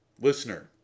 Listener